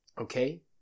Okay